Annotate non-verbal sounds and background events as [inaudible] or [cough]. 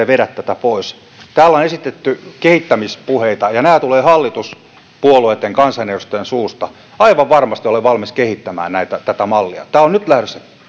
[unintelligible] vedä tätä pois täällä on esitetty kehittämispuheita ja ja ne tulevat hallituspuolueitten kansanedustajan suusta aivan varmasti olen valmis kehittämään tätä mallia tämä on nyt lähdössä